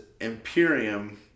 Imperium